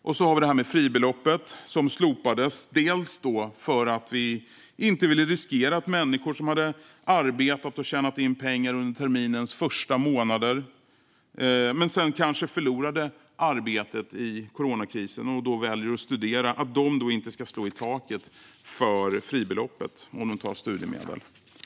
Vidare slopade vi fribeloppet. Vi ville inte riskera att människor som har arbetat och tjänat in pengar under terminens första månader men sedan kanske förlorat arbetet på grund av coronakrisen och därför valt att studera inte skulle slå i taket för fribeloppet om de fick studiemedel.